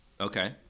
Okay